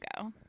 go